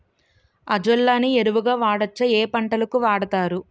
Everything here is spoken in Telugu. అజొల్లా ని ఎరువు గా వాడొచ్చా? ఏ పంటలకు వాడతారు?